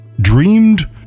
dreamed